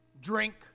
drink